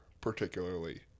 particularly